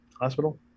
Hospital